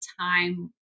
time